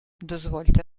дозвольте